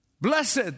Blessed